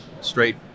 straight